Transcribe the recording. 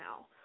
now